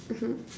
mmhmm